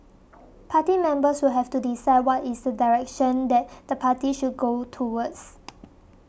party members will have to decide what is the direction that the party should go towards